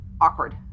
awkward